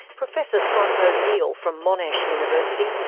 professor scott o'neill from monash university,